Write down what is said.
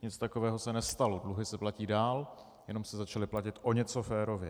Nic takového se nestalo, dluhy se platí dál, jenom se začaly platit o něco férověji.